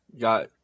got